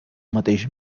mateix